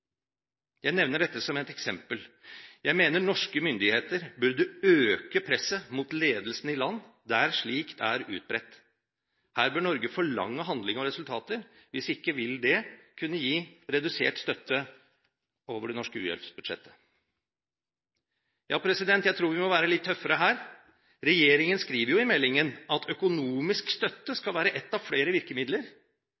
Jeg nevner dette som et eksempel. Jeg mener norske myndigheter burde øke presset mot ledelsen i land der slikt er utbredt. Her bør Norge forlange handling og resultater, hvis ikke vil det kunne gi redusert støtte over det norske u-hjelpsbudsjettet. Ja, jeg tror vi må være litt tøffere her. Regjeringen skriver jo i meldingen at økonomisk støtte